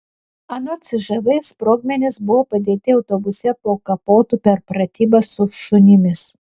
anot cžv sprogmenys buvo padėti autobuse po kapotu per pratybas su šunimis